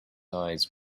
eyes